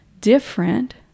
different